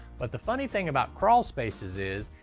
but the funny thing about crawl spaces is,